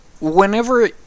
whenever